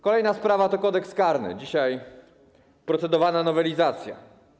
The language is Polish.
Kolejna sprawa to Kodeks karny, dzisiaj procedowana nowelizacja.